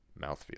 mouthfeel